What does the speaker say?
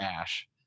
Ash